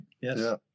yes